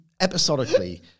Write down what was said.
episodically